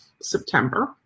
September